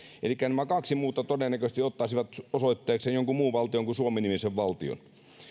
elikkä nämä kaksi muuta todennäköisesti ottaisivat osoitteekseen jonkun muun valtion kuin suomi nimisen valtion